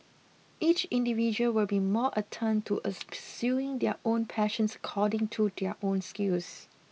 each individual will be more attuned to as pursuing their own passions according to their own skills